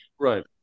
right